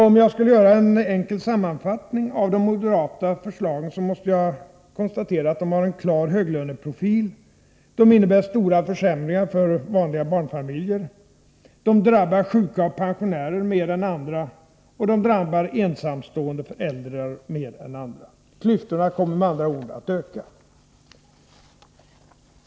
Om jag gör en enkel sammanfattning av de moderata förslagen måste jag konstatera att de har en klar höglöneprofil, att de innebär stora försämringar för vanliga barnfamiljer, att de drabbar sjuka och pensionärer mer än andra och att de drabbar ensamstående föräldrar mer än andra. Klyftorna skulle med andra ord komma att öka.